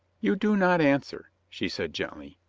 you do not answer, she said gently.